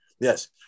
Yes